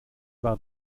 war